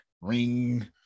Ring